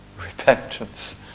repentance